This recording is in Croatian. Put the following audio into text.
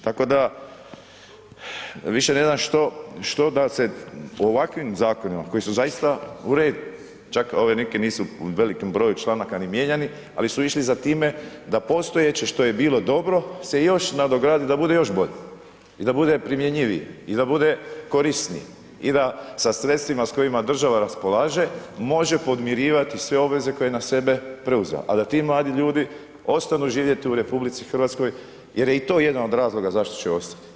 Tako da više ne znam što da se, u ovakvim zakonima koji su zaista u redu, čak ove neke nisu u velikom broju članaka ni mijenjani, ali su išli za time da postojeće što je bilo dobro se još nadogradi da bude još bolje i da bude primjenjivije i da bude korisnije i da sa sredstvima sa kojima država raspolaže može podmirivati sve obveze koje je na sebe preuzela, a da ti mladi ljudi ostani živjeti u RH jer je i to jedan od razloga zašto će ostati.